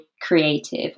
creative